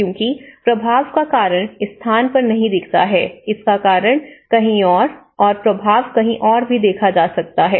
क्योंकि प्रभाव का कारण इस स्थान पर नहीं दिखता है इसका कारण कहीं और प्रभाव कहीं और भी देखा जाता है